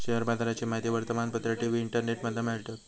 share बाजाराची माहिती वर्तमानपत्र, टी.वी, इंटरनेटमधना मिळवतत